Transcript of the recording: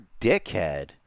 dickhead